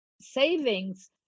savings